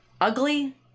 Ugly